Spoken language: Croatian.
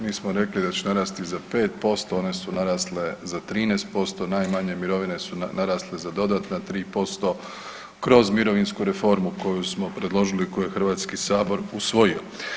Mi smo rekli da će narasti za 5% one su narasle za 13% najmanje mirovine su narasle za dodatna 3% kroz mirovinsku koju smo predložili i koju je Hrvatski sabor usvojio.